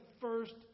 first